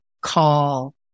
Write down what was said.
call